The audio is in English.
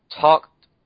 talked